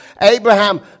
Abraham